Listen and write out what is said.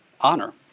honor